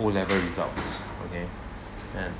O-level results okay and